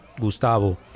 Gustavo